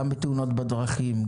גם בתאונות בדרכים,